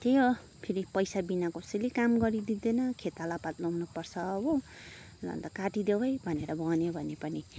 त्यही हो फेरि पैसा बिना कसैले काम गरिदिँदैन खेतालापात लाउनुपर्छ हो अन्त काटिदेऊ है भनेर भन्यो भने पनि